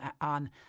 on